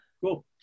Cool